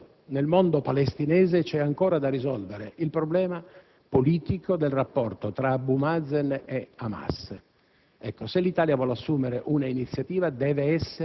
tanto difficile, soprattutto perchè nel mondo palestinese c'è ancora da risolvere il problema politico del rapporto tra Abu Mazen e Hamas,